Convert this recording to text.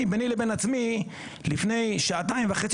אני ביני לבין עצמי לפני שעתיים וחצי